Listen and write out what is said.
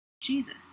Jesus